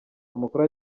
amakuru